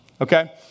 okay